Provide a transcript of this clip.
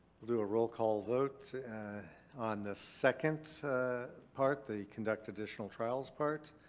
we'll do a roll call vote on the second part, the conduct additional trials part.